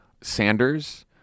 Sanders